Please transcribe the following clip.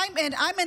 איימן,